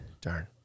Darn